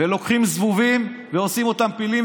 ולוקחים זבובים ועושים אותם פילים.